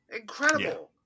Incredible